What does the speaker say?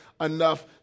enough